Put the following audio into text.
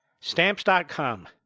Stamps.com